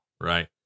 right